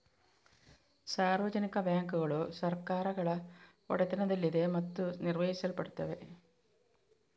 ಸಾರ್ವಜನಿಕ ಬ್ಯಾಂಕುಗಳು ಸರ್ಕಾರಗಳ ಒಡೆತನದಲ್ಲಿದೆ ಮತ್ತು ನಿರ್ವಹಿಸಲ್ಪಡುತ್ತವೆ